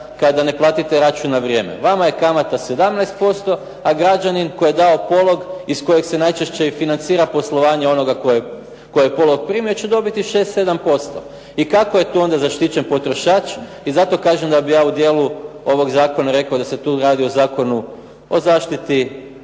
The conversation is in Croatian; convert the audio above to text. kada ne platite račun na vrijeme. Vama je kamata 17%, a građanin koji je dao polog iz kojeg se najčešće i financira poslovanje onoga tko je polog primio će dobiti 6, 7%. I kako je tu onda zaštićen potrošač? I zato kažem da bi ja u dijelu ovog zakona rekao da se tu radi o zakonu o zaštiti